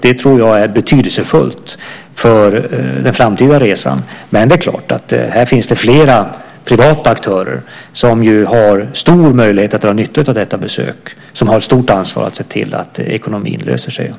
Det tror jag är betydelsefullt för den fortsatta resan. Men här finns det flera privata aktörer som ju har stor möjlighet att dra nytta av detta besök och som har ett stort ansvar att se till att ekonomin löser sig.